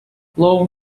loewen